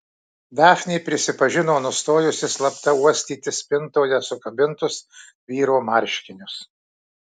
dafnė prisipažino nustojusi slapta uostyti spintoje sukabintus vyro marškinius